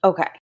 Okay